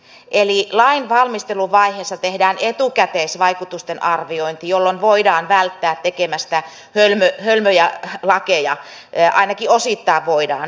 eli lainvalmisteluvaiheessa tehdään etukäteisvaikutusten arviointi jolloin voidaan välttää tekemästä hölmöjä lakeja ainakin osittain voidaan